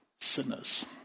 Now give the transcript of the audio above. sinners